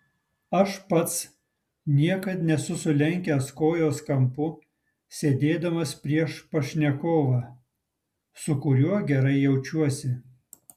aš pats niekada nesu sulenkęs kojos kampu sėdėdamas prieš pašnekovą su kuriuo gerai jaučiuosi